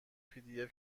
pdf